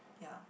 ya